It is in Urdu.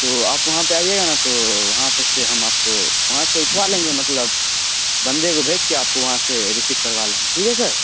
تو آپ وہاں پہ آئیے گا نا تو وہاں پہ سے ہم آپ کو وہاں سے اٹھوا لیں گے مطلب بندے کو بھیج کے آپ کو وہاں سے ریسیو کروا لیں گے ٹھیک ہے سر